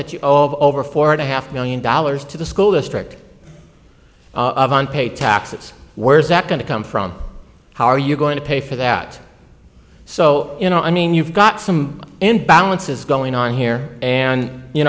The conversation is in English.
that you owe of over four and a half million dollars to the school district pay taxes where's that going to come from how are you going to pay for that so you know i mean you've got some and balances going on here and you